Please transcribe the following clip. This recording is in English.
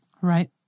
Right